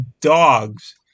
dogs